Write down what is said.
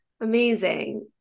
Amazing